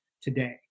today